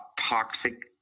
Toxic